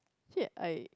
actually I